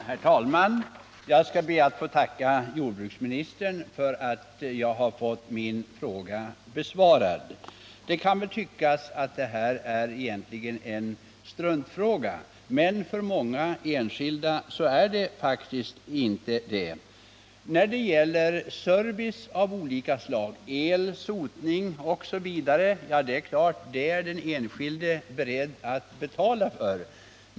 Herr talman! Jag skall be att få tacka jordbruksministern för att jag har fått min fråga besvarad. Det kan väl tyckas att detta egentligen är en struntsak men för många enskilda är det faktiskt inte så. Service av olika slag el, sotning osv. — är den enskilde beredd att betala för.